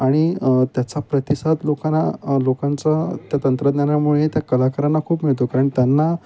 आणि त्याचा प्रतिसाद लोकांना लोकांचा त्या तंत्रज्ञानामुळे त्या कलाकारांना खूप मिळतो कारण त्यांना